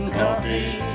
coffee